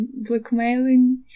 blackmailing